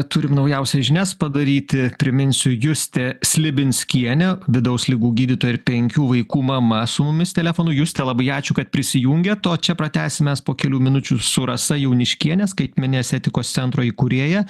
turim naujausias žinias padaryti priminsiu justė slibinskienė vidaus ligų gydytoja ir penkių vaikų mama su mumis telefonu juste labai ačiū kad prisijungėt o čia pratęsim mes po kelių minučių su rasa jauniškiene skaitmeninės etikos centro įkūrėja